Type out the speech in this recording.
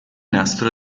nastro